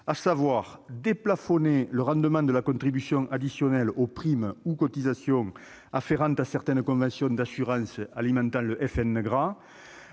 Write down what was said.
de déplafonner le rendement de la contribution additionnelle aux primes ou cotisations afférentes à certaines conventions d'assurance alimentant le FNGRA.